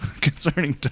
concerning